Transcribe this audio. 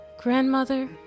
Grandmother